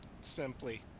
simply